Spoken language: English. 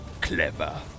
Clever